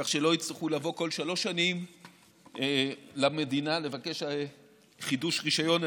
כך שלא יצטרכו לבוא בכל שלוש שנים למדינה לבקש חידוש רישיון,